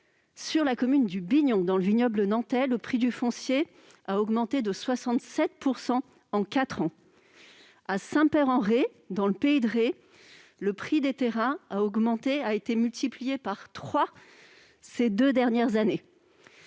Dans la commune du Bignon, située dans le vignoble nantais, le prix du foncier a augmenté de 67 % en quatre ans. À Saint-Père-en-Retz, dans le pays de Retz, le prix des terrains a été multiplié par trois ces deux dernières années.